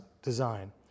design